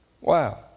Wow